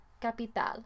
capital